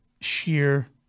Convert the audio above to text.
sheer